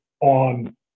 on